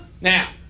Now